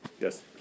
Yes